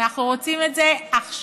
ואנחנו רוצים את זה עכשיו.